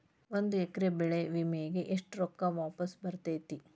ಒಂದು ಎಕರೆ ಬೆಳೆ ವಿಮೆಗೆ ಎಷ್ಟ ರೊಕ್ಕ ವಾಪಸ್ ಬರತೇತಿ?